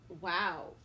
wow